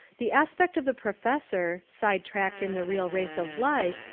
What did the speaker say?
the aspect of the pro fessor, side-tracked in the real race of life,